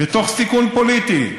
ותוך סיכון פוליטי,